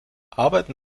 arbeiten